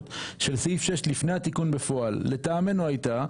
של סעיף 6 לפני התיקון בפועל לטעמנו הייתה